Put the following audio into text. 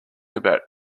about